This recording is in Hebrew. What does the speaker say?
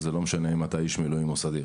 וזה לא משנה לנו אם אתה איש מילואים או סדיר.